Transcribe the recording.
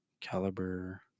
Caliber